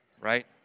right